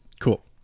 Cool